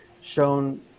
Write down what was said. shown